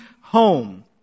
home